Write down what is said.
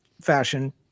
fashion